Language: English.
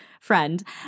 friend